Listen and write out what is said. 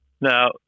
Now